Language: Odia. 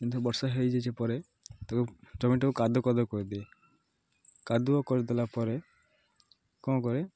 କିନ୍ତୁ ବର୍ଷା ହେଇଯାଇଛି ପରେ ତାକୁ ଜମିଟାକୁ କାଦୁଅ କାଦ କରିଦିଏ କାଦୁଅ କରିଦେଲା ପରେ କ'ଣ କରେ